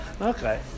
Okay